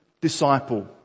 disciple